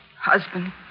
Husband